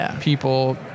people